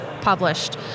published